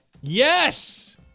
Yes